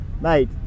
mate